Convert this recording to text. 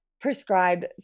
prescribed